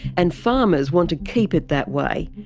and farmers want to keep it that way.